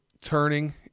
turning –